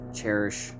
cherish